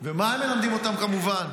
ומה הם מלמדים אותם, כמובן.